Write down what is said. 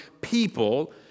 people